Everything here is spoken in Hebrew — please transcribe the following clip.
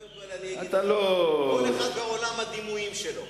כל אחד ועולם הדימויים שלו.